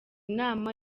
nama